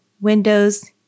Windows